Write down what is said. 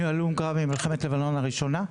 אני הלום קרב ממלחמת לבנון הראשונה.